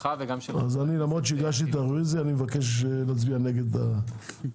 למרות שהגשתי את הרביזיה, אני מבקש להצביע נגדה.